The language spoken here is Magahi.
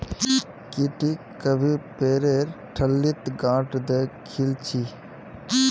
की टी कभी पेरेर ठल्लीत गांठ द खिल छि